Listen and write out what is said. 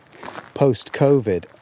post-Covid